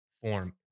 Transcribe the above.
form